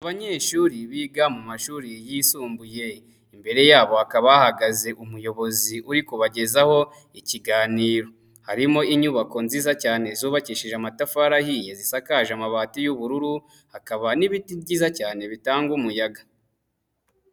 Abanyeshuri biga mu mashuri yisumbuye, imbere yabo ha bakaba hahagaze umuyobozi uri kubagezaho ikiganiro, harimo inyubako nziza cyane zubakishije amatafari ahiye zisakaje amabati y'ubururu, hakaba n'ibiti byiza cyane bitanga umuyaga.